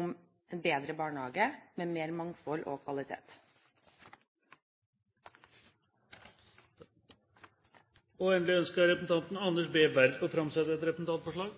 om en bedre barnehage med mer mangfold og kvalitet. Representanten Anders B. Werp vil framsette et representantforslag.